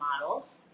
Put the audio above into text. models